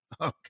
Okay